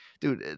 Dude